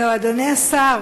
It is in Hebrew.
אדוני השר,